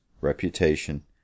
reputation